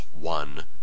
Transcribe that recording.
one